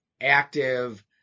active